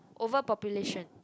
overpopulation